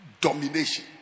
domination